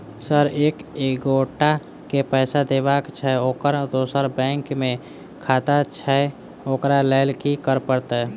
Sir एक एगोटा केँ पैसा देबाक छैय ओकर दोसर बैंक मे खाता छैय ओकरा लैल की करपरतैय?